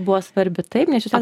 buvo svarbi taip nes čia jūs sakot